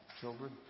Children